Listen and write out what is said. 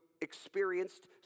experienced